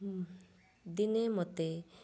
ହୁଁ ଦିନେ ମୋତେ